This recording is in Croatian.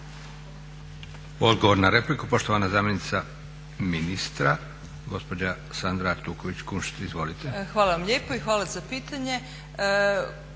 Odgovor na repliku poštovana zamjenica ministra gospođa Sandra Artuković-Kunšt. Izvolite. **Artuković Kunšt, Sandra** Hvala vam lijepa i hvala za pitanje.